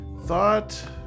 thought